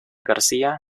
garcía